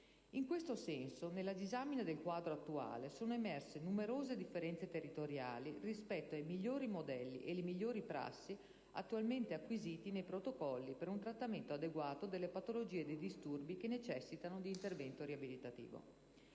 In questo senso, nella disamina del quadro attuale sono emerse numerose differenze territoriali rispetto ai migliori modelli e le migliori prassi attualmente acquisiti nei protocolli per un trattamento adeguato delle patologie e dei disturbi che necessitano di intervento riabilitativo.